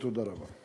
תודה רבה.